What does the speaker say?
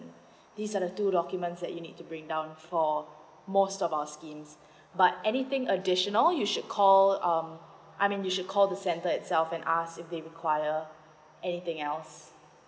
these are the two documents that you need to bring down for most of our schemes but anything uh they should know you should call um I mean you should call the center itself and ask if they require anything else